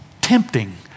tempting